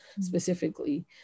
specifically